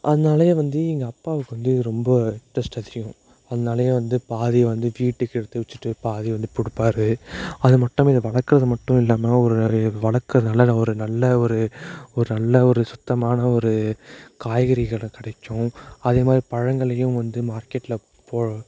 அதனாலயே வந்து எங்க அப்பாவுக்கு வந்து ரொம்ப இன்ட்ரெஸ்ட் அதிகம் அதனாலயே வந்து பாதியை வந்து வீட்டுக்கு எடுத்து வெச்சுட்டு பாதி வந்து கொடுப்பாரு அது மட்டுமே வளர்க்கறது மட்டும் இல்லாமல் ஒரு அரே வளர்க்கறதுனாலல ஒரு நல்ல ஒரு ஒரு நல்ல ஒரு சுத்தமான ஒரு காய்கறிகளும் கிடைக்கும் அதே மாரி பழங்கள்லையும் வந்து மார்க்கெட்டில் போ